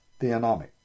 theonomic